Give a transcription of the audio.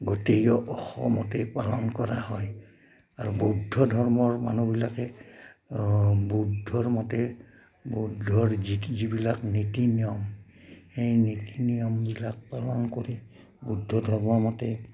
গোটেইে অসমতেই পালন কৰা হয় আৰু বৌদ্ধ ধৰ্মৰ মানুহবিলাকে বৌদ্ধৰ মতে বৌদ্ধৰ যি যিবিলাক নীতি নিয়ম সেই নীতি নিয়মবিলাক পালন কৰি বৌদ্ধ ধৰ্ম মতে